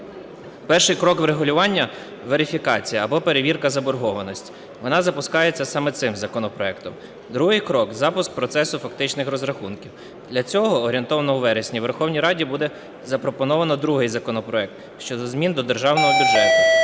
Перший крок врегулювання – верифікація або перевірка заборгованості, вона запускається саме цим законопроектом. Другий крок – запуск процесу фактичних розрахунків. Для цього, орієнтовно в вересні, Верховній Раді буде запропоновано другий законопроект щодо змін до державного бюджету.